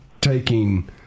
taking